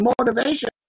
motivation